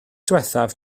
diwethaf